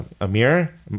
Amir